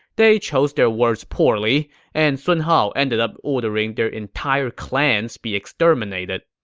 they chose their words poorly and sun hao ended up ordering their entire clans be exterminated.